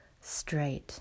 straight